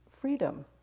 freedom